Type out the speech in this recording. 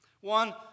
One